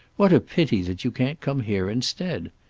what a pity that you can't come here instead.